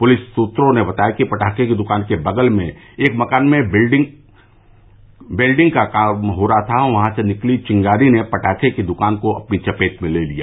police सूत्रों ने बताया कि पटाखे की दुकान के बगल में एक मकान में बिल्डिंग का कार्य हो रहा था वहां से निकली चिंगारी ने पटाखे की द्कान को अपनी चपेट में ले लिया